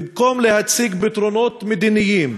במקום להציג פתרונות מדיניים